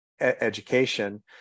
education